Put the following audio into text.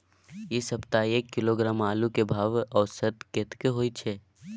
ऐ सप्ताह एक किलोग्राम आलू के भाव औसत कतेक होय छै?